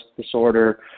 disorder